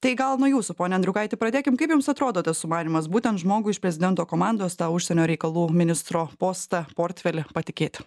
tai gal nuo jūsų pone andriukaiti pradėkim kaip jums atrodo tas sumanymas būtent žmogui iš prezidento komandos tą užsienio reikalų ministro postą portfelį patikėti